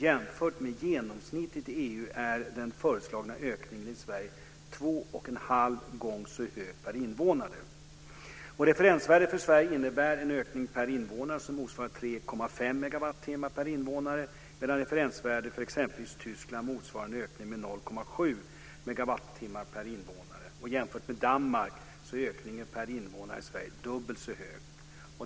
Jämfört med genomsnittet i EU är den föreslagna ökningen i Sverige två och en halv gång så hög per invånare. Referensvärdet för Sverige innebär en ökning som motsvarar 3,5 megawattimmar per invånare, medan referensvärdet för exempelvis Tyskland motsvarar en ökning med 0,7 megawattimmar per invånare. Jämfört med Danmark är ökningen per invånare i Sverige dubbelt så hög.